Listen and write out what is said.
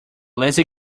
lazy